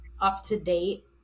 up-to-date